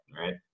right